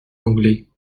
anglais